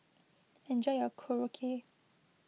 enjoy your Korokke